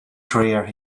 career